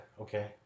okay